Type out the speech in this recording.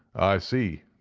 i see,